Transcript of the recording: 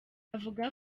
avuga